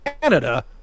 Canada